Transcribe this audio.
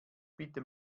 bitte